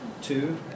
Two